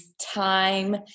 time